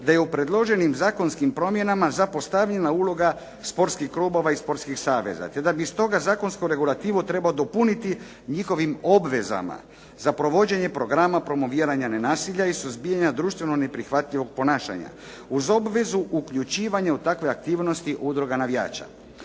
da je u predloženim zakonskim promjenama zapostavljena uloga sportskih klubova i sportskih saveza te da bi stoga zakonsku regulativu trebalo dopuniti njihovim obvezama za provođenje programa promoviranja nenasilja i suzbijanja društveno neprihvatljivog ponašanja uz obvezu uključivanja u takve aktivnosti udruga navijača.